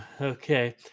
Okay